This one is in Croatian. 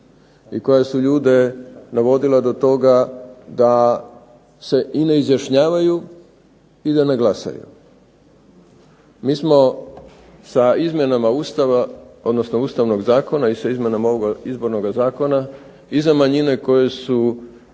i koje su ljude navodila do toga da se i ne izjašnjavaju i da ne glasuju. Mi smo sa izmjenama Ustava odnosno Ustavnog zakona i sa izmjenama ovoga Izbornoga zakona i za manjine koje su,